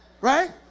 Right